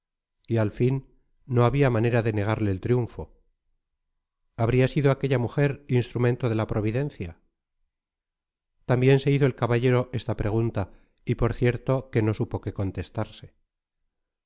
y al fin no había manera de negarle el triunfo habría sido aquella mujer instrumento de la providencia también se hizo el caballero esta pregunta y por cierto que no supo qué contestarse